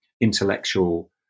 intellectual